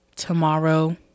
tomorrow